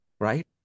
Right